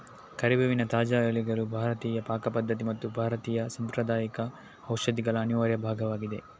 ಕರಿಬೇವಿನ ತಾಜಾ ಎಲೆಗಳು ಭಾರತೀಯ ಪಾಕ ಪದ್ಧತಿ ಮತ್ತು ಭಾರತೀಯ ಸಾಂಪ್ರದಾಯಿಕ ಔಷಧಿಗಳ ಅನಿವಾರ್ಯ ಭಾಗವಾಗಿದೆ